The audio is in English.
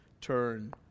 turn